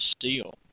steel